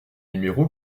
numéro